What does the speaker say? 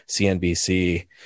CNBC